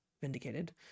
vindicated